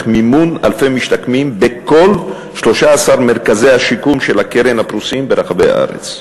מימון אלפי משתקמים בכל 13 מרכזי השיקום של הקרן הפרוסים ברחבי הארץ.